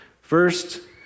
First